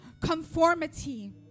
conformity